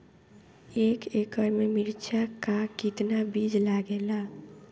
एक एकड़ में मिर्चा का कितना बीज लागेला?